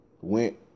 went